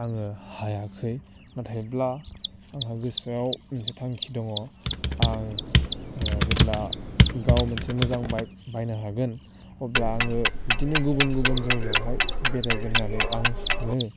आङो हायाखै नाथायब्ला आंहा गोसोआव जि थांखि दङ आं जेब्ला गाव मोनसे मोजां बाइक बायनो हागोन अब्ला आङो बिदिनो गुबुन गुबुन जायगायावहाय बेरायगोन होननानै आं सानो